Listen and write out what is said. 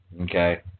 Okay